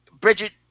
Bridget